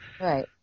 Right